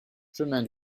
chemin